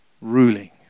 ruling